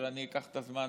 אבל אני אקח את הזמן